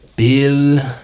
Bill